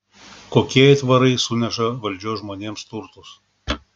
kokie aitvarai suneša valdžios žmonėms turtus